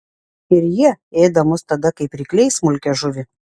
ir jie ėda mus tada kaip rykliai smulkią žuvį